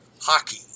hockey